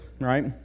right